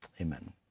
Amen